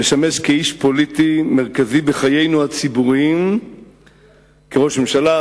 משמש כאיש פוליטי מרכזי בחיינו הציבוריים כראש ממשלה,